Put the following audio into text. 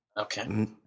Okay